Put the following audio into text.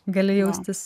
gali jaustis